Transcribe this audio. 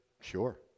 Sure